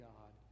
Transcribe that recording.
God